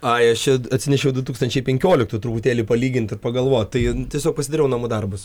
ai aš čia atsinešiau du tūkstančiai penkioliktų truputėlį palygint ir pagalvot tai tiesiog pasidariau namų darbus